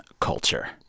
culture